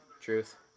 Truth